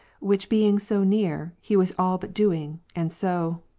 which, being so near, he was all but doing and so,